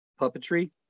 puppetry